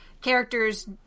characters